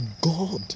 God